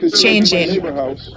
changing